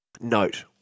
note